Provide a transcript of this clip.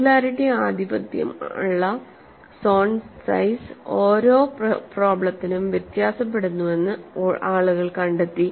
singularity ആധിപത്യമുള്ള zone size ഓരോ പ്രോബ്ലെത്തിനും വ്യത്യാസപ്പെടുന്നുവെന്ന് ആളുകൾ കണ്ടെത്തി